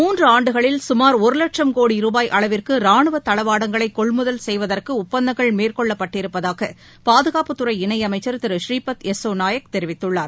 மூன்றாண்டுகளில் சுமார் ஒருவட்சம் கோடி கடந்த ருபாய் அளவிற்குராணுவதளவாடங்களைகொள்முதல் செய்வதற்குஒப்பந்தங்கள் மேற்கொள்ளப்பட்டிருப்பதாகபாதுகாப்புத்துறை இணையமைச்சர் திரு ஸ்ரீபத் யஸ்சோநாயக் தெரிவித்துள்ளார்